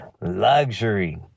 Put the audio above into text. luxury